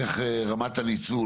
איך רמת הניצול?